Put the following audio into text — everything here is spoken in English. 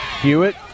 Hewitt